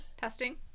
Testing